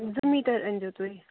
زٕ میٖٹَر أنۍ زیو تُہۍ